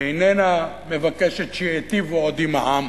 איננה מבקשת שייטיבו עוד עם העם.